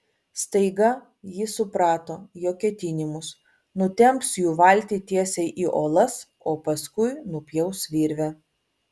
staiga ji suprato jo ketinimus nutemps jų valtį tiesiai į uolas o paskui nupjaus virvę